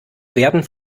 werden